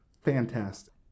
fantastic